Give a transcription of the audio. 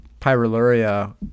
pyroluria